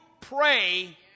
pray